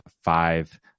five